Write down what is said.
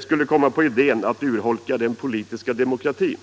skulle komma på idén att urholka den politiska demokratin.